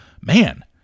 Man